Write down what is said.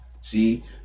See